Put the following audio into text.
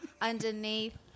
underneath